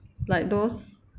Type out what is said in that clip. like those